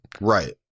Right